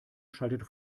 schaltete